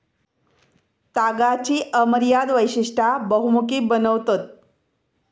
तागाची अमर्याद वैशिष्टा बहुमुखी बनवतत